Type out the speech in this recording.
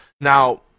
Now